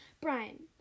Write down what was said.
Brian